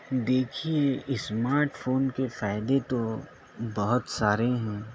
دیکھیے smart phone کے فائدے تو بہت سارے ہیں